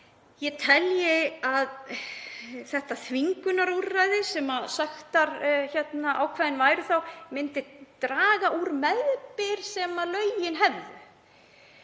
ég telji að þetta þvingunarúrræði sem sektarákvæðið væri myndi draga úr meðbyr sem lögin hefðu.